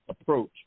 approach